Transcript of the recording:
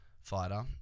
fighter